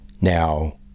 Now